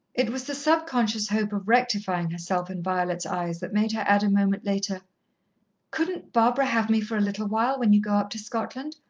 it was the subconscious hope of rectifying herself in violet's eyes that made her add a moment later couldn't barbara have me for a little while when you go up to scotland?